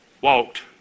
walked